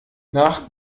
nach